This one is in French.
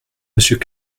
monsieur